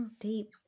deep